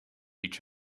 each